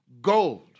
Gold